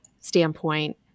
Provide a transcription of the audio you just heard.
standpoint